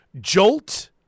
jolt